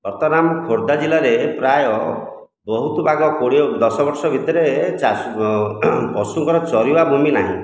ବର୍ତ୍ତମାନ ଆମ ଖୋର୍ଦ୍ଧା ଜିଲ୍ଲାରେ ପ୍ରାୟ ବହୁତ ଭାଗ କୋଡ଼ିଏ ଦଶବର୍ଷ ଭିତରେ ଚାଷ ପଶୁଙ୍କର ଚରିବା ଭୂମି ନାହିଁ